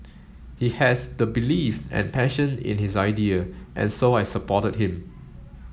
he has the belief and passion in his idea and so I supported him